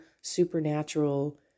supernatural